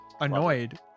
annoyed